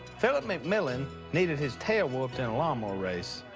phillip mcmillan needed his tail whupped in a lawn mower race.